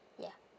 ya